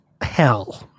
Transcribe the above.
hell